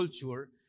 culture